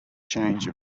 change